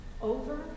over